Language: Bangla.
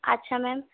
আচ্ছা ম্যাম